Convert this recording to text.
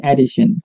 Edition